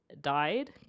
died